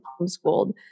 homeschooled